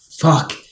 fuck